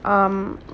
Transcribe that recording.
um